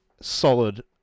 solid